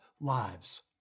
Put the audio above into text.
lives